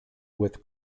with